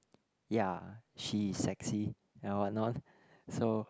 ya she's sexy you know what not so